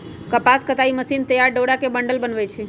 कपास कताई मशीन तइयार डोरा के बंडल बनबै छइ